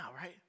right